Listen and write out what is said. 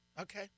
Okay